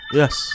yes